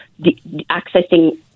accessing